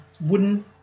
wooden